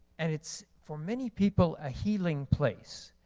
and it's for many people a healing place.